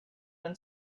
then